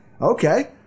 Okay